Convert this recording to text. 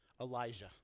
Elijah